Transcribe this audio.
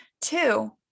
Two